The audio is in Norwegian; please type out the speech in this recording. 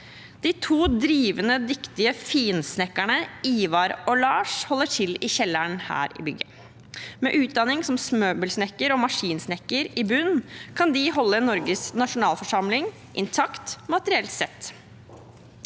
De to drivende dyktige finsnekkerne Ivar og Lars holder til i kjelleren her i bygget. Med utdanning som møbelsnekker og maskinsnekker i bunn kan de holde Norges nasjonalforsamling intakt materielt sett.